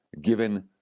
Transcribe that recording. given